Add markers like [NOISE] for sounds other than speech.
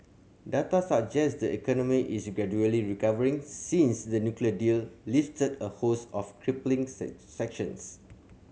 data suggest the economy is gradually recovering since the nuclear deal lifted a host of crippling [UNINTELLIGIBLE] sanctions